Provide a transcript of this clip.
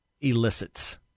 elicits